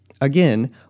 again